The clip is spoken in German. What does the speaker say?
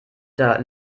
der